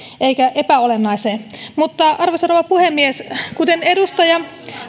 eikä epäolennaiseen arvoisa rouva puhemies kuten edustaja